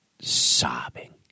sobbing